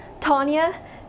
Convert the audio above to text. tanya